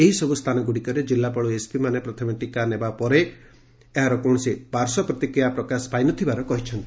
ଏହିସବୁ ସ୍କାନଗୁଡ଼ିକରେ ଜିଲ୍ଲାପାଳ ଏବଂ ଏସ୍ପିମାନେ ପ୍ରଥମେ ଟିକା ନେବା ସହ ଏହାର କୌଣସି ପାର୍ଶ୍ୱ ପ୍ରତିକ୍ରିୟା ନ ଥିବାର କହିଛନ୍ତି